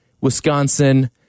Wisconsin